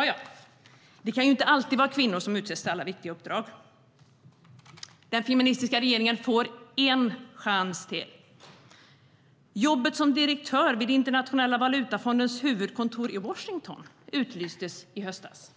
Ja, ja, det kan ju inte alltid vara kvinnor som utses till alla viktiga uppdrag. Jobbet som direktör vid Internationella valutafondens huvudkontor i Washington utlystes i höstas.